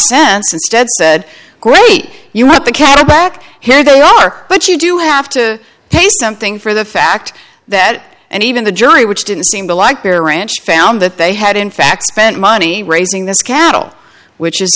cents instead said great you want the cattle back here they are but you do have to pay something for the fact that and even the jury which didn't seem to like their ranch found that they had in fact spent money raising this cattle which is